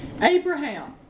Abraham